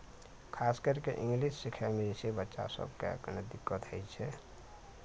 खास कैरके इंग्लिश सिखैमे जे छै बच्चा सभके कने दिक्कत होइ छै